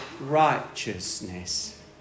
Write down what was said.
righteousness